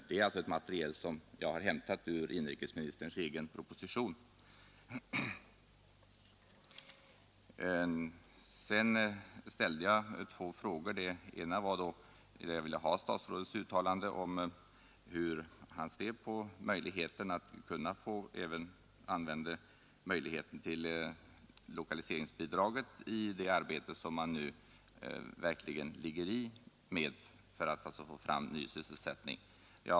Detta är alltså ett material som jag har hämtat ur inrikesministerns egen proposition. Jag ställde två frågor. Jag ville ha statsrådets uttalande om hur han ser på möjligheterna att få använda lokaliseringsbidrag i det pågående arbetet med att få fram ny sysselsättning.